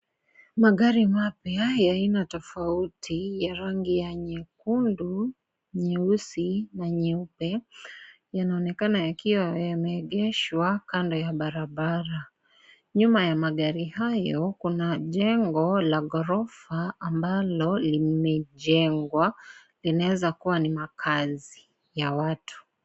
Magari mapya, ya aina tofauti, ya rangi ya nyekundu, nyeusi, na nyeupe, yanaonekana yakiwa yameegeshwa, kando ya barabara, nyuma ya magari hayo, kuna jengo, la gorofa, ambalo, limejengwa, linaeza kuwa ni makaazi, ya watu.